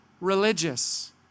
religious